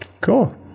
Cool